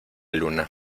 luna